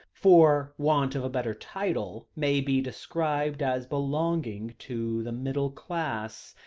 for want of a better title, may be described as belonging to the middle classes.